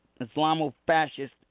Islamo-fascist